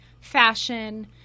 fashion